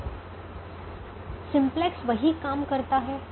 तो सिम्प्लेक्स वही काम करता है